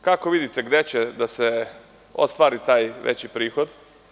Kako vi vidite gde će da se ostvari taj veći prihod?